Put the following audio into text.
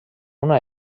una